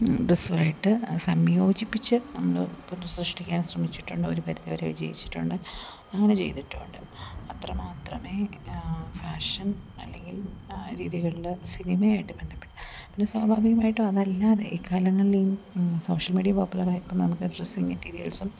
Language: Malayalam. ഡ്രസ്സുമായിട്ട് സംയോജിപ്പിച്ച് നമ്മൾ ഇപ്പോൾ സൃഷ്ടിക്കാൻ ശ്രമിച്ചിട്ടുണ്ട് ഒരു പരിധി വരെ വിജയിച്ചിട്ടുണ്ട് അങ്ങനെ ചെയ്തിട്ടുണ്ട് അത്രമാത്രമേ ഫാഷൻ അല്ലെങ്കിൽ രീതികളിൽ സിനിമയായിട്ട് ബന്ധപ്പെട്ട പിന്നെ സ്വാഭാവികമായിട്ടും അതല്ലാതെ ഈ കാലങ്ങളിലും സോഷ്യൽ മീഡിയ പോപ്പുലറായപ്പോൾ നമുക്ക് ഡ്രസ്സിങ് മെറ്റീരിയൽസും